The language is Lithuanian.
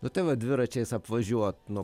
nu tai va dviračiais apvažiuot nuo